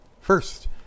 first